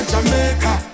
Jamaica